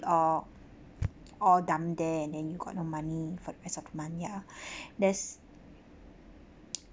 all all dump there and then you got no money for the rest of the month ya there's